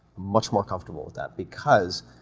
much more comfortable with that because